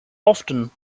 often